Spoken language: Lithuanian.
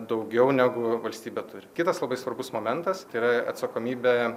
daugiau negu valstybė turi kitas labai svarbus momentas tai yra atsakomybė